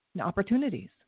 opportunities